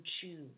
choose